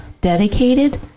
Dedicated